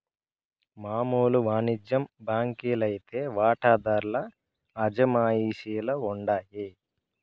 మామూలు వానిజ్య బాంకీ లైతే వాటాదార్ల అజమాయిషీల ఉండాయి